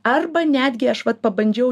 arba netgi aš vat pabandžiau